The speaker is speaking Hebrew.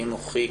חינוכיים,